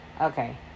okay